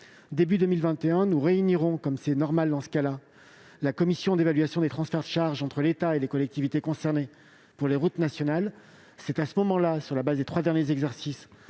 début 2021, nous réunirons, comme c'est normal dans ce cas-là, la commission d'évaluation des transferts de charges entre l'État et les collectivités concernées pour les routes nationales. C'est à ce moment, sur la base des trois derniers exercices,